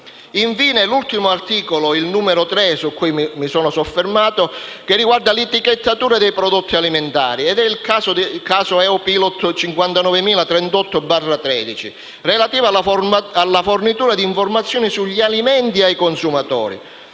Infine, l'ultimo articolo su cui mi sono soffermato, l'articolo 3, riguarda l'etichettatura dei prodotti alimentari. È il caso EU Pilot 5938/13/SNCO, relativo alla fornitura di informazioni sugli alimenti ai consumatori.